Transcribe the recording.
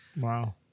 Wow